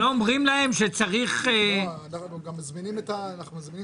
לא אומרים להם שצריך -- אנחנו גם מזמינים את השר.